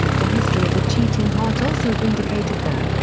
the history of a cheating heart also vindicated the.